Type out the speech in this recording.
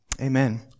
Amen